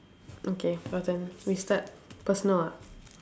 okay your turn we start personal ah